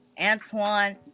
Antoine